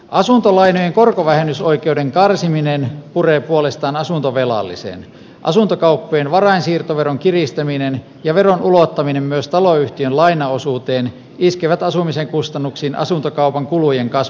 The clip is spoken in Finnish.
asuntolainojen korkovähennysoikeuden karsiminen puree puolestaan asuntovelallisen asuntokauppojen varainsiirtoveron kiristäminen ja veron ulottaminen myös taloyhtiön lainaosuuteen iskevät asumisen kustannuksiin asuntokaupan kulujen kaos